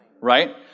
Right